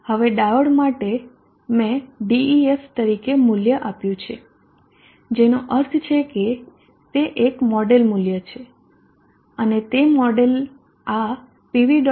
હવે ડાયોડ માટે મે Def તરીકે મૂલ્ય આપ્યું છે જેનો અર્થ છે કે તે એક મોડેલ મૂલ્ય છે અને તે મોડેલ આ pv